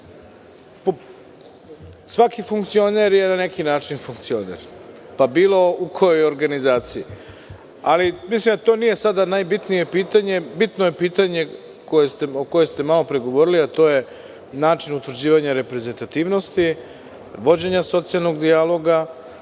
Svaki funkcioner je na neki način funkcioner, pa bilo u kojoj organizaciji. To nije sada najbitnije pitanje. Bitno je pitanje o kojem ste malopre govorili, a to je način utvrđivanja reprezentativnosti, vođenja socijalnog dijaloga.